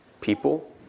people